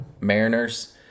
Mariners